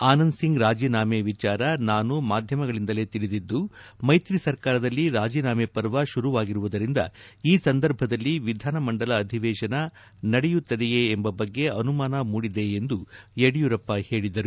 ಆನಂದ್ ಸಿಂಗ್ ರಾಜೀನಾಮೆ ವಿಚಾರ ನಾನು ಮಾಧ್ಯಮಗಳಿಂದಲೇ ತಿಳಿದಿದ್ದು ಮೈತ್ರಿ ಸರ್ಕಾರದಲ್ಲಿ ರಾಜೀನಾಮೆ ಪರ್ವ ಶುರುವಾಗಿರುವುದರಿಂದ ಈ ಸಂದರ್ಭದಲ್ಲಿ ವಿಧಾನಮಂದಲ ಅಧಿವೇಶನ ನಡೆಯುತ್ತದೆಯೇ ಎಂಬ ಬಗ್ಗೆ ಅನುಮಾನ ಮೂಡಿದೆ ಎಂದು ಯಡಿಯೂರಪ್ಪ ಹೇಳಿದರು